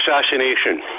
assassination